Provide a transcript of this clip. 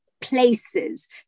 places